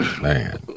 man